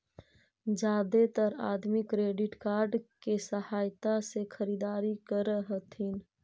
जादेतर अदमी debit card के सहायता से खरीदारी कर हथिन